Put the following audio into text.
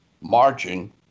marching